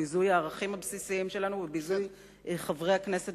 ביזוי הערכים הבסיסיים שלנו וביזוי חברי הכנסת